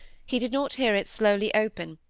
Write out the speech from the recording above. he did not hear it slowly open,